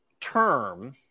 term